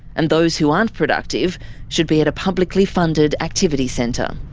and those who aren't productive should be at a publicly funded activity centre.